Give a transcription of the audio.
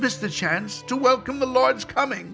missed the chance to welcome the lord's coming